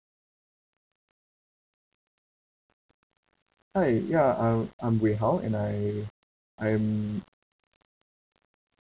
hi ya um I'm wei hao and I I'm